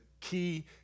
key